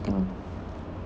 comforting